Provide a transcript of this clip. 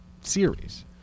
series